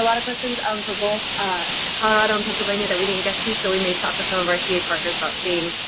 of questions um for both ah colorado and pennsylvania that we didn't get to so we may talk with some of our ta partners about seeing